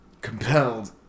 compelled